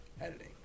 Editing